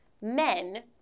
men